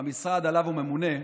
במשרד שעליו הוא ממונה.